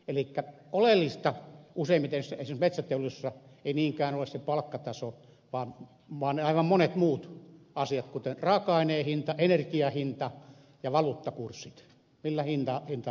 elikkä oleellista useimmiten esimerkiksi metsäteollisuudessa ei niinkään ole se palkkataso vaan monet muut asiat kuten raaka aineen hinta energiahinta ja valuuttakurssit joilla hintaa myydään